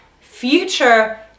future